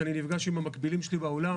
כשאני נפגש עם המקבילים שלי בעולם,